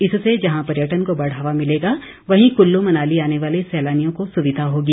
इससे जहां पर्यटन को बढ़ावा मिलेगा वहीं कुल्लू मनाली आने वाले सैलानियों को सुविधा होगी